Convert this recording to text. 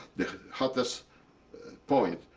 the hottest point.